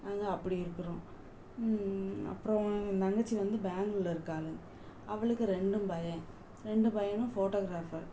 நாங்கள் அப்படி இருக்கிறோம் அப்புறோம் என் தங்கச்சி வந்து பேங்க்ளூர்ல இருக்காளுங்க அவளுக்கு ரெண்டும் பையன் ரெண்டு பையனும் ஃபோட்டோக்ராஃபர்